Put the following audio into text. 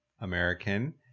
American